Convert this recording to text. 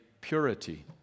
purity